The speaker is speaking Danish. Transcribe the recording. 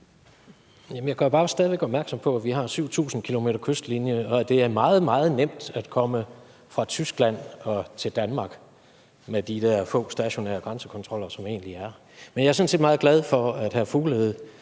jeg gør bare stadig væk opmærksom på, at vi har 7.000 km kystlinje, og at det er meget, meget nemt at komme fra Tyskland til Danmark med de der få stationære grænsekontroller, som der egentlig er. Men jeg er sådan set meget glad for, at hr. Fuglede